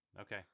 Okay